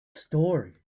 story